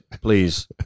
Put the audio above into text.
Please